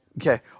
Okay